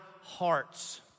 hearts